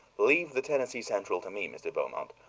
leave the tennessee central to me, mr. beaumont.